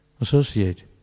associate